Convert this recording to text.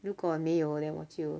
如果没有 then 我就